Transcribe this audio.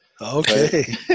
okay